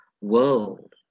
world